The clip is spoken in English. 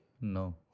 No